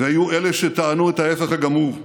והיו שטענו את ההפך הגמור.